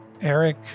Eric